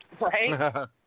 Right